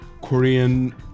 Korean